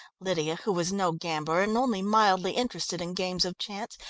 lydia, who was no gambler and only mildly interested in games of chance,